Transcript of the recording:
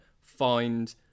find